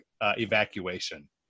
evacuation